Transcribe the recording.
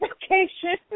vacation